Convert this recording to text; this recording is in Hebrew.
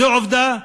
זו עובדה.